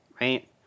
right